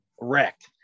wrecked